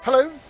Hello